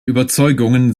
überzeugungen